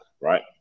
right